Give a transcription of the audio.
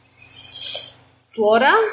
Slaughter